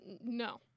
no